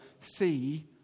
see